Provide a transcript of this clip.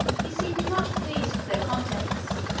he seemed much pleased with their contents,